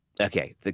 Okay